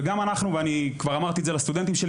ואני כבר אמרתי את זה לסטודנטים שלי